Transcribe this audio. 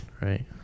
Right